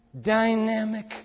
dynamic